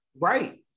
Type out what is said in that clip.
right